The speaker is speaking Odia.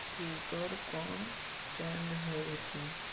ଟ୍ୱିଟର କ'ଣ ଟ୍ରେଣ୍ଡ ହେଉଛି